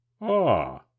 Ah